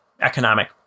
economic